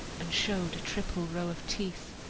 and showed a triple row of teeth.